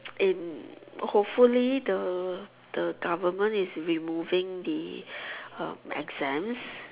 in hopefully the the government is removing the uh exams